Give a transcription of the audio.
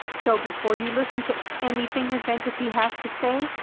so before you listen to anything this entity has to say,